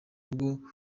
rugo